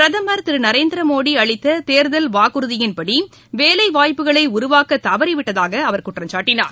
பிரதமர் திரு நரேந்திர மோடி அளித்த தேர்தல் வாக்குறுதியின்படி வேலைவாய்ப்புகளை உருவாக்க தவறிவிட்டதாகவும் குற்றம் சாட்டினார்